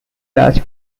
large